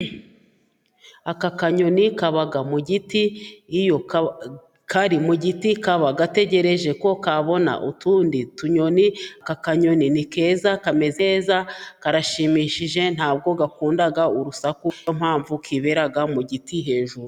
Aka kanyoni kaba mu giti, iyo kari mu giti, kaba gategereje ko kabona utundi tuyoni, aka kanyoni ni keza, kameze neza, karashimishije, ntabwo gakunda urusaku, ni yo mpamvu kibera mu giti hejuru.